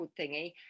thingy